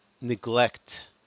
neglect